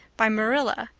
by marilla,